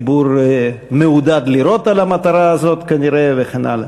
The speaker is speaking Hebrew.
שהציבור מעודד לירות על המטרה הזאת, וכן הלאה.